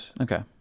okay